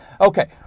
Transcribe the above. okay